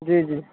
جی جی